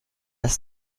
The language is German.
ist